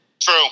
true